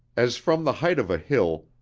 as from the height of a hill,